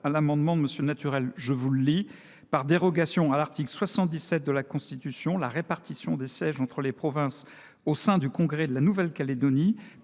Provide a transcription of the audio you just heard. son amendement, en retenant cette rédaction :« Par dérogation à l’article 77 de la Constitution, la répartition des sièges entre les provinces au sein du congrès de la Nouvelle Calédonie